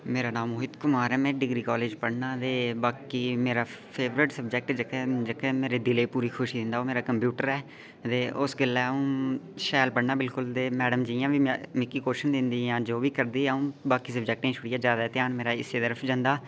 मेरा नांऽ मोहित कुमार में डिग्री कालेज च पढ़ना ते बाकी मेरा फेवरेट सब्जैक्ट जेह्का ऐ जेह्का मेरे दिलै गी खुशी दिंदा ऐ ओह् मेरा कंप्यूटर ऐ ते उस गल्लै अ'ऊं शैल पढ़ना बिल्कुल ते मैडम जि'यां बी मिगी क्वश्चन दिंदियां जां जो बी करदियां अ'ऊं बाकी सब्जैक्टें छुड़ियै जैदा ध्यान मेरा इस्सै तरफ जंदा